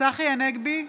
צחי הנגבי,